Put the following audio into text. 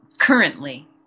currently